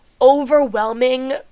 overwhelming